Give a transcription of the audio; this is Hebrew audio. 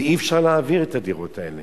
ואי-אפשר להעביר את הדירות האלה.